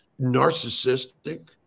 narcissistic